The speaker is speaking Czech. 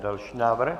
Další návrh.